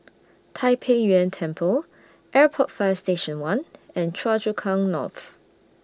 Tai Pei Yuen Temple Airport Fire Station one and Choa Chu Kang North